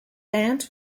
aunt